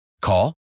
Call